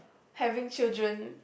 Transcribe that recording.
having children